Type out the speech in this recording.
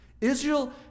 Israel